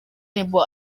ndirimbo